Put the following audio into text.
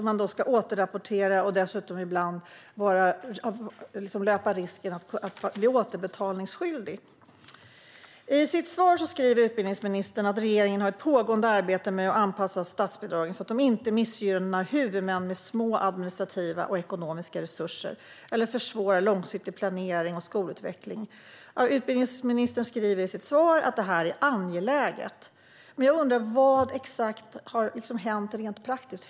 Man ska också återrapportera, och ibland löper man dessutom risk att bli återbetalningsskyldig. I sitt interpellationssvar säger utbildningsministern att regeringen har ett "pågående arbete med att anpassa statsbidragen så att de inte missgynnar huvudmän med små administrativa och ekonomiska resurser eller försvårar långsiktig planering och skolutveckling" och att det här är "angeläget". Men exakt vad har hänt rent praktiskt?